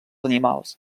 animals